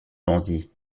bandits